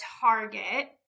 target